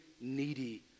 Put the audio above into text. needy